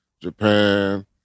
Japan